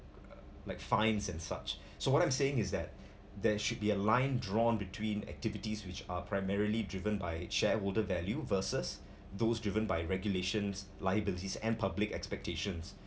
like fines and such so what I'm saying is that there should be a line drawn between activities which are primarily driven by shareholder value versus those driven by regulations liabilities and public expectations